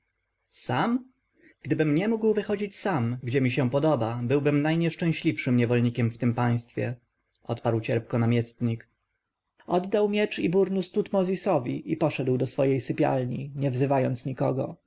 sam gdybym nie mógł wychodzić sam gdzie mi się podoba byłbym najnieszczęśliwszym niewolnikiem w tem państwie odparł cierpko namiestnik oddał miecz i burnus tutmozisowi i poszedł do swojej sypialni nie wzywając nikogo